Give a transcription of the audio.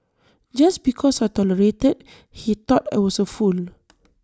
just because I tolerated he thought I was A fool